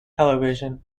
television